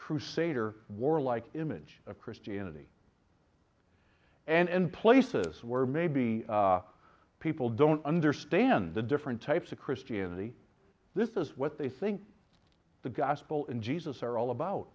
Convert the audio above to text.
crusader war like image of christianity and places where maybe people don't understand the different types of christianity this is what they think the gospel in jesus are all about